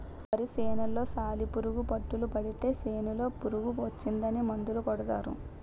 వరి సేనులో సాలిపురుగు పట్టులు పడితే సేనులో పురుగు వచ్చిందని మందు కొడతారు